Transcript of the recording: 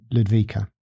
Ludvika